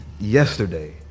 yesterday